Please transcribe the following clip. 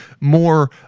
more